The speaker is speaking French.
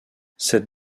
cette